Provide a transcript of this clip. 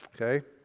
Okay